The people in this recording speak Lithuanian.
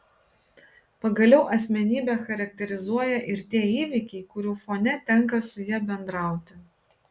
pagaliau asmenybę charakterizuoja ir tie įvykiai kurių fone tenka su ja bendrauti